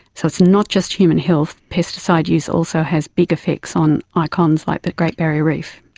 so it's not just human health, pesticide use also has big effects on icons like the great barrier reef.